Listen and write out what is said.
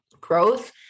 growth